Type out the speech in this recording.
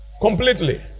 completely